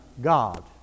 God